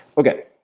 okay.